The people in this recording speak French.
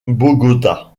bogota